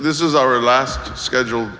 this is our last scheduled